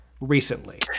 recently